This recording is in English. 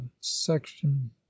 section